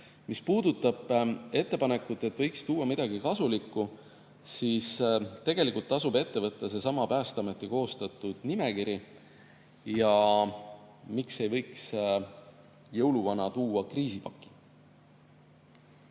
puudutab ettepanekut, et võiks tuua midagi kasulikku, siis tegelikult tasub ette võtta seesama Päästeameti koostatud nimekiri. Ja miks ei võiks jõuluvana tuua kriisipaki?